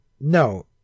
No